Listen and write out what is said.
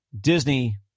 Disney